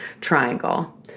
triangle